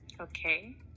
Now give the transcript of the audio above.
Okay